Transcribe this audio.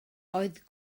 oedd